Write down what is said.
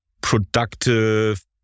productive